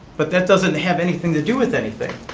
but that doesn't have anything to do with anything.